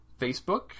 Facebook